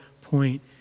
point